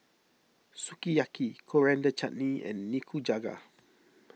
Sukiyaki Coriander Chutney and Nikujaga